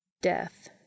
Death